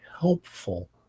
helpful